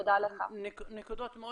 נקודות מאוד